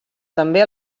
també